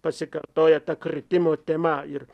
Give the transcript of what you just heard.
pasikartoja ta kritimo tema ir